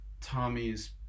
Tommy's